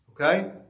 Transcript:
Okay